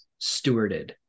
stewarded